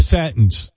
sentence